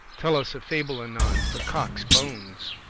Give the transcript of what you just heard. tell us a fable anon, for cocke's bones.